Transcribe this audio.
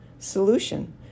solution